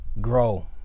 Grow